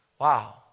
Wow